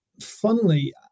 funnily